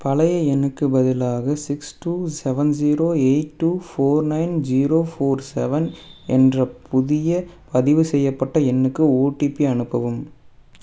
பழைய எண்ணுக்கு பதிலாக six two seven zero eight two four nine zero four seven என்ற புதிய பதிவுசெய்யப்பட்ட எண்ணுக்கு ஓடிபி அனுப்பவும்